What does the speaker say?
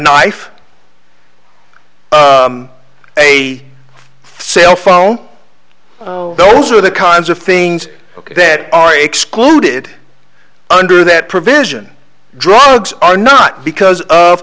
knife a cell phone those are the kinds of things ok that are excluded under that provision drugs are not because of